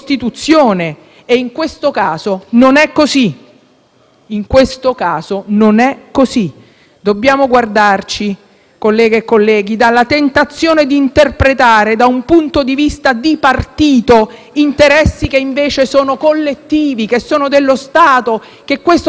Dobbiamo guardarci, colleghe e colleghi, dalla tentazione di interpretare da un punto di vista di partito interessi che invece sono collettivi, che sono dello Stato, che questo Parlamento dovrebbe rappresentare, perché con il nostro voto rischiamo di mettere in discussione